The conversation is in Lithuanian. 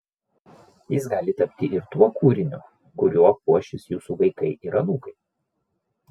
jis gali tapti ir tuo kūriniu kuriuo puošis jūsų vaikai ir anūkai